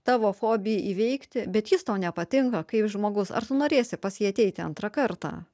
tavo fobijai įveikti bet jis tau nepatinka kaip žmogus ar tu norėsi pas jį ateiti antrą kartą